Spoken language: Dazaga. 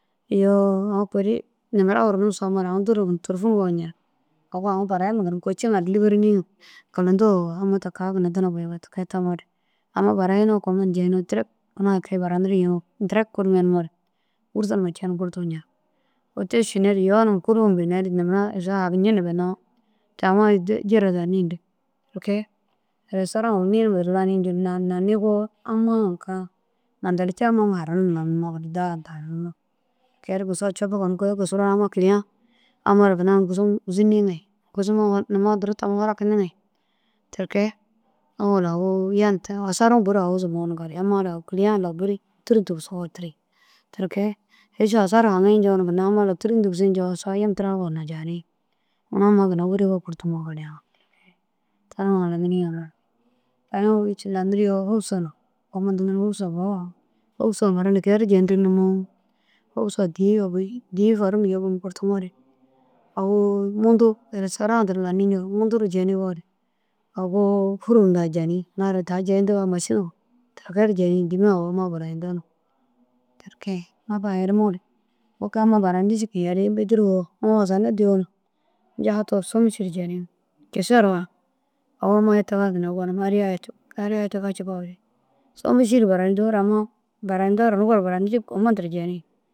Iyoo au kuri nibere urunum somoore au duruu ginna tôlufun wawu ncenig. Agu aũ burayima ginna kôi ciiŋa ru lîberinigi kilôto woo amma teka ginna dina buigira tamoore tike. Ama burayinoo komandu jeyinoo direk unu eke buranirii yii yinnoo direk kurum yenimoore gûrsa nuwa cenu gurtu ncenig. Walla te šinne ru iyoo num kuruum yenime bênne ru nimera saga haŋincine bênnoo te « au ai jire danni » yindig tike. Restôra au nii numa duro lani nciru lanigo amma ini kega nogo nter camiyoo daa nta nike kisiroo copug nike kisiroo amma kiliya amma ara ginna ini kisim zîni ŋa ye ini kisimoo nuwa duro ta furakintiŋa ye tike. Ôwolu au yanum tayi asaru bur awuzumono gali amma lau au kiliya lau buru tîri ntigisono tîri tike. Heši asaru haŋi nciyo no ginna amma lau tîri ntigisi nciyo saga yim tira yo na ginna nijani ia amma ginna wurigire kurtumo gali. Tani haraniri jiŋa tani hici laniriyo humusa komantenerig humusa bowa humusa mere nikee ru jentirig? Nimoo humusa dîi yobi dîi hôrunu yobum kurtumore au muntu restôra duro lani nco muntu ru jeniyore au hûrum daha jeni ina ara daha jeyintiga mašina tike ru daha tike ru jeni dîima au amma barayinto no tike. Mapa herimore wôki ammai burayinti ciku ru yeni bêdiriyo na au osona dîyona ncahato šômušuru jeni kisa ru wa au ina ariya hetiga ciiko šômoširu burayintore ini gor burayintii ciiku komanum jenii.